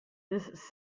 this